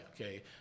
okay